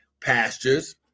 pastures